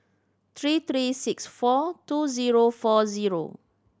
three three six four two zero four zero